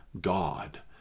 God